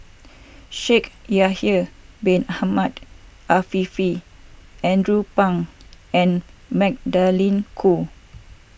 Shaikh Yahya Bin Ahmed Afifi Andrew Phang and Magdalene Khoo